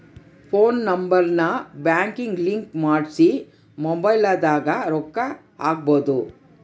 phone number ನ ಬ್ಯಾಂಕಿಗೆ link ಮಾಡ್ಸಿ ಮೊಬೈಲದಾಗ ರೊಕ್ಕ ಹಕ್ಬೊದು